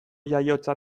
jaiotza